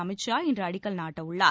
அமித் ஷா இன்று அடிக்கல் நாட்டவுள்ளார்